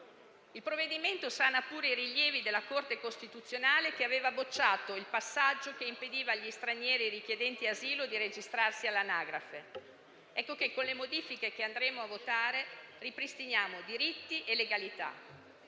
Il provvedimento sana pure i rilievi della Corte costituzionale, che aveva bocciato il passaggio che impediva agli stranieri richiedenti asilo di registrarsi all'anagrafe. Ecco che con le modifiche che andremo a votare ripristiniamo diritti e legalità: